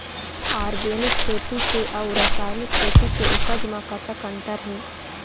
Organic खेती के अउ रासायनिक खेती के उपज म कतक अंतर हे?